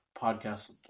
podcast